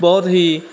ਬਹੁਤ ਹੀ